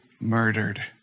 murdered